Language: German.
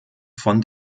von